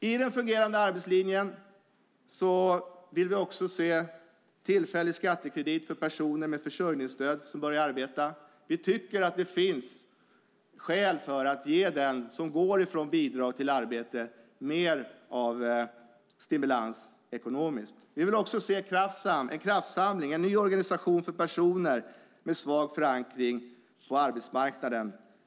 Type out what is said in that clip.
I den fungerande arbetslinjen vill vi också se tillfällig skattekredit för personer med försörjningsstöd som börjar arbeta. Vi tycker att det finns skäl att ge den som går från bidrag till arbete mer av stimulans ekonomiskt. Vi vill också se en kraftsamling, en ny organisation för personer med svag förankring på arbetsmarknaden.